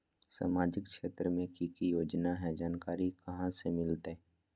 सामाजिक क्षेत्र मे कि की योजना है जानकारी कहाँ से मिलतै?